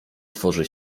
tworzy